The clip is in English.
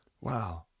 Wow